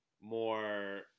more